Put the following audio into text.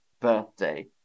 birthday